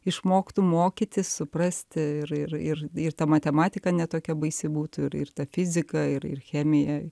išmoktų mokytis suprasti ir ir ir ir ta matematika ne tokia baisi būtų ir ir ta fizika ir ir chemija